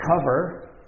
cover